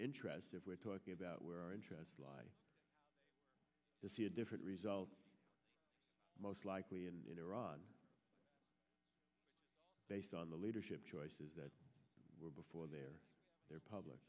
interest if we're talking about where our interests lie to see a different result most likely in iran based on the leadership choices that were before their their public